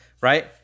right